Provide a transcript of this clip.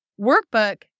workbook